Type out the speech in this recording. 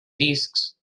discs